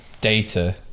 data